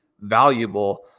valuable